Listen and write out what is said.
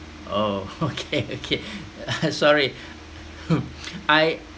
oh okay okay sorry I